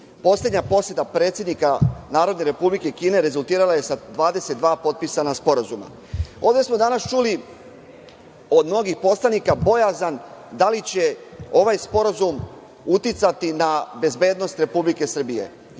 poslednja poseta predsednika Narodne Republike Kine rezultirala je sa 22 potpisana sporazuma. Ovde smo danas čuli od mnogih poslanika da li će ovaj sporazum uticati na bezbednost Republike Srbije